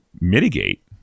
mitigate